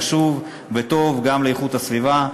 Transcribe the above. חשוב וטוב גם לאיכות הסביבה.